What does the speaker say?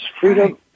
freedom